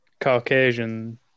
Caucasian